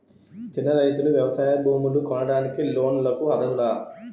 చిన్న రైతులు వ్యవసాయ భూములు కొనడానికి లోన్ లకు అర్హులా?